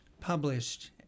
published